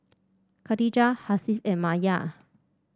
Khatijah Hasif and Maya